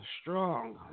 strong